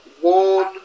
one